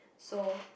so